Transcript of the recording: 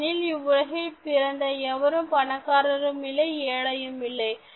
ஏனெனில் இவ்வுலகில் பிறந்த எவரும் பணக்காரரும் இல்லை ஏழையும் இல்லை